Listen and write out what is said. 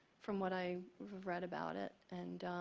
from what i read about it. and